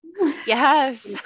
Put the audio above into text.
yes